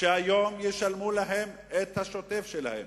שהיום ישלמו להם את השוטף שלהם.